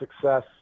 success